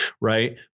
right